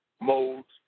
modes